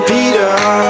Peter